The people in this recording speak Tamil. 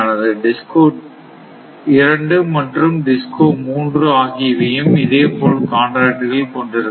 DISCO 2 மற்றும் 3 ஆகியவையும் இதேபோல காண்ட்ராக்ட்டுகள் கொண்டிருக்கலாம்